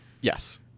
Yes